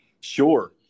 Sure